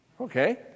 Okay